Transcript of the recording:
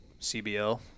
cbl